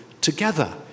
together